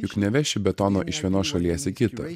juk neveši betono iš vienos šalies į